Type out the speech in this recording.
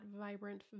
vibrant